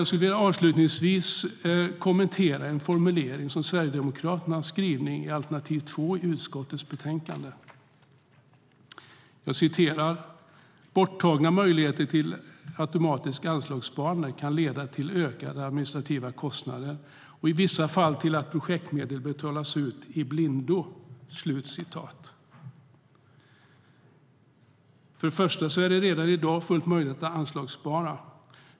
Jag skulle avslutningsvis vilja kommentera en formulering i Sverigedemokraternas skrivning i alternativ 2 i utskottets betänkande: ". att den borttagna möjligheten till automatiskt anslagssparande kan leda till ökade administrativa kostnader och i vissa fall till att projektmedel betalas ut i blindo." För det första är det redan i dag fullt möjligt att anslagsspara.